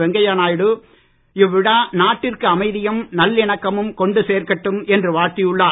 வெங்கையா நாயுடு இவ்விழா நாட்டிற்கு அமைதியும் நல்லிணக்கமும் கொண்டு சேர்க்கட்டும் என்று வாழ்த்தியுள்ளார்